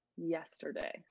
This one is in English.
yesterday